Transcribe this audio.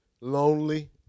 lonely